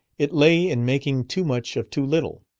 it lay in making too much of too little.